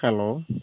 hello